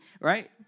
right